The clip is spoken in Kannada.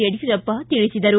ಯಡಿಯೂರಪ್ಪ ತಿಳಿಸಿದರು